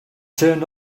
turned